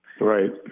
Right